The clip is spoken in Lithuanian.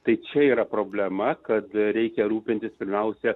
tai čia yra problema kad reikia rūpintis primiausia